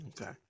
Okay